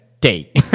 date